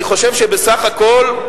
אני חושב שבסך הכול,